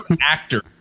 actor